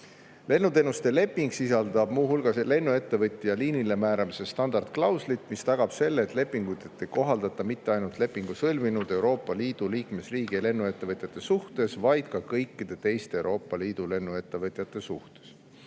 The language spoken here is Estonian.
Lennuteenuste leping sisaldab muu hulgas lennuettevõtja liinile määramise standardklauslit, mis tagab selle, et lepingut ei kohaldata mitte ainult lepingu sõlminud Euroopa Liidu liikmesriigi lennuettevõtjate suhtes, vaid ka kõikide teiste Euroopa Liidu lennuettevõtjate suhtes.